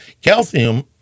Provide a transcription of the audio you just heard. Calcium